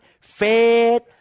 faith